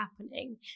happening